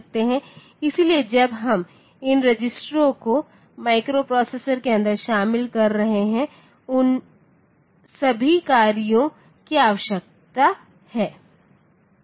इसलिए जब हम इन रजिस्टरों को माइक्रोप्रोसेसरों के अंदर शामिल कर रहे हैं उन सभी कार्यों की आवश्यकता है